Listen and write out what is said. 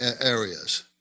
areas